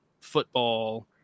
football